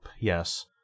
yes